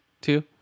Two